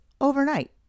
overnight